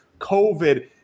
COVID